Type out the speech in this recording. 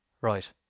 Right